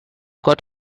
got